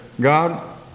God